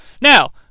Now